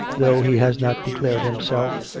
though he has not declared himself,